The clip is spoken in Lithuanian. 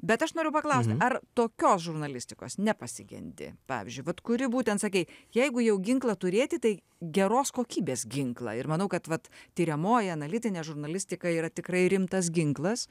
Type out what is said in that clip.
bet aš noriu paklausti ar tokios žurnalistikos nepasigendi pavyzdžiui vat kuri būtent sakei jeigu jau ginklą turėti tai geros kokybės ginklą ir manau kad vat tiriamoji analitinė žurnalistika yra tikrai rimtas ginklas